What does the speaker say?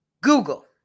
Google